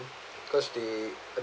cause they